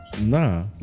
Nah